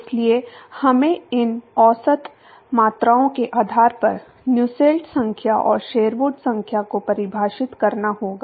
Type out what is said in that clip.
इसलिए हमें इन औसत मात्राओं के आधार पर नसेल्ट संख्या और शेरवुड संख्या को परिभाषित करना होगा